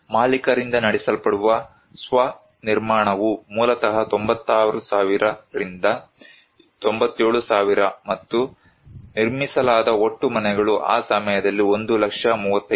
ಮಾಲೀಕರಿಂದ ನಡೆಸಲ್ಪಡುವ ಸ್ವ ನಿರ್ಮಾಣವು ಮೂಲತಃ 96000 ರಿಂದ 97000 ಮತ್ತು ನಿರ್ಮಿಸಲಾದ ಒಟ್ಟು ಮನೆಗಳು ಆ ಸಮಯದಲ್ಲಿ 1 ಲಕ್ಷ 35000